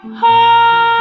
heart